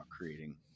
creating